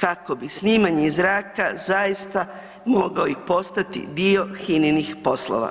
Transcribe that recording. kako bi snimanje iz zraka zaista mogao i postati dio HINA-inih poslova.